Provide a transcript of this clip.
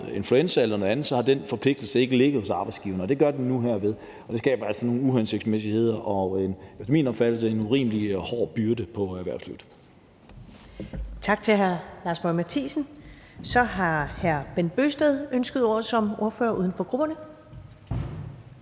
influenza eller noget andet; så har den forpligtelse ikke ligget hos arbejdsgiveren. Og det gør den nu her, og det skaber altså nogle uhensigtsmæssigheder og efter min opfattelse en urimelig hård byrde på erhvervslivet.